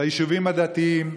ליישובים הדתיים,